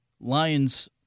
Lions